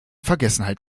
vergessenheit